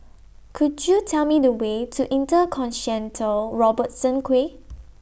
Could YOU Tell Me The Way to InterContinental Robertson Quay